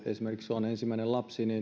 esimerkiksi on ensimmäinen lapsi